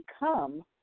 become